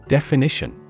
Definition